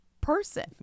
person